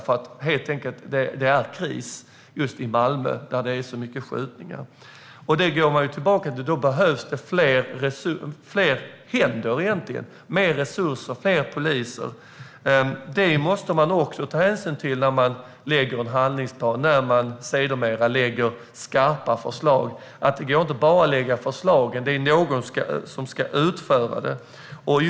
Det är helt enkelt kris i just Malmö, där det är så många skjutningar. Då kommer man tillbaka till att det behövs fler händer, alltså mer resurser och fler poliser. Det måste man också ta hänsyn till när man lägger fram en handlingsplan och när man sedermera lägger fram skarpa förslag, alltså att det inte bara går att lägga fram förslagen. Någon ska också utföra detta arbete.